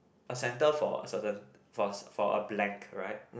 a centre for a certain for a for a blank right